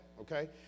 okay